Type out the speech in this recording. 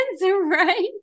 right